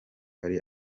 ari